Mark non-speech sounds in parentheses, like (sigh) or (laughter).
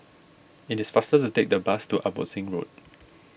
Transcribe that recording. it is faster to take the bus to Abbotsingh Road (noise)